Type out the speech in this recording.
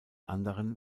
anderen